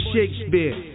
Shakespeare